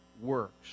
works